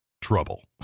trouble